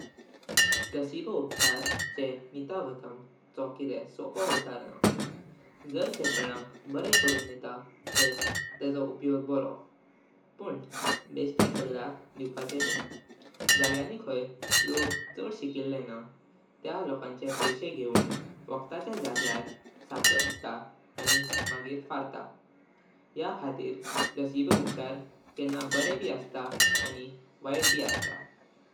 Placebo उपचार चे नीतितांव चो किदे सोपे उत्तर ना। जर तेह कोणाक बरे करून दीता त्र तज्जो उपयोग बरो। पुण बेश्टे सगळ्यक दिवपाचे न्हु। जाण्ग्यानी खाई लोक चड शिकिले ना, त्या लोकांच्या पैसे घेऊन वक्ताच्या जाग्यर साकार दीता आनी मगीर फर्ता। या खातीर प्लासेबो उपचार कन्ना बरे भी अस्तां आनी वैत भी अस्तां।